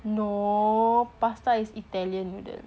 no pasta is italian noodle